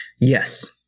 Yes